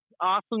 awesome